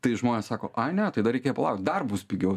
tai žmonės sako ai ne tai dar reikia palaukt dar bus pigiau